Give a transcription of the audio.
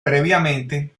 previamente